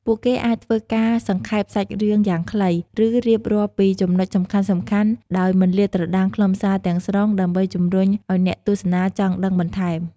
ពួកគេអាចធ្វើការសង្ខេបសាច់រឿងយ៉ាងខ្លី ឬរៀបរាប់ពីចំណុចសំខាន់ៗដោយមិនលាតត្រដាងខ្លឹមសារទាំងស្រុងដើម្បីជំរុញឱ្យអ្នកទស្សនាចង់ដឹងបន្ថែម។